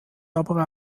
aber